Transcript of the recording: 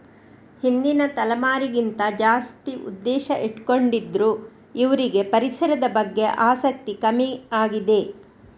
ಹಿಂದಿನ ತಲೆಮಾರಿಗಿಂತ ಜಾಸ್ತಿ ಉದ್ದೇಶ ಇಟ್ಕೊಂಡಿದ್ರು ಇವ್ರಿಗೆ ಪರಿಸರದ ಬಗ್ಗೆ ಆಸಕ್ತಿ ಕಮ್ಮಿ ಆಗಿದೆ